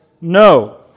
No